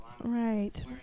Right